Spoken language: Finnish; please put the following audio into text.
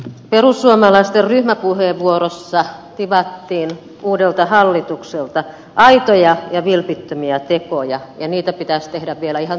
perussuomalaisten ryhmäpuheenvuorossa tivattiin uudelta hallitukselta aitoja ja vilpittömiä tekoja ja niitä pitäisi tehdä vielä ihan tosimielessä